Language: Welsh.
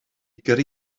gyrru